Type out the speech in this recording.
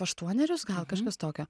aštuonerius gal kažkas tokio